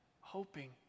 hoping